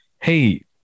hey